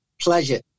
Pleasure